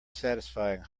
satisfying